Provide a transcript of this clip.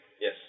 Yes